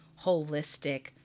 holistic